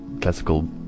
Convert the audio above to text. classical